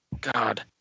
God